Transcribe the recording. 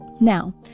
Now